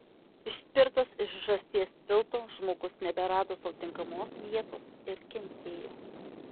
išspirtas iš žąsies tilto žmogus neberado sau tinkamos vietos ir kentėjo